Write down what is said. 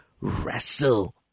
wrestle